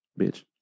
bitch